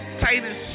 Tightest